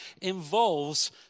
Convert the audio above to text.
involves